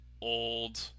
old